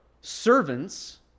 servants